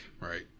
right